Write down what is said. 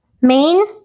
Main